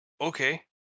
Okay